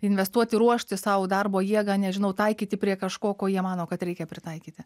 investuoti ruošti sau darbo jėgą nežinau taikyti prie kažko ko jie mano kad reikia pritaikyti